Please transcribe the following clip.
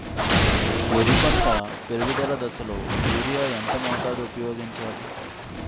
వరి పంట పెరుగుదల దశలో యూరియా ఎంత మోతాదు ఊపయోగించాలి?